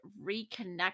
reconnect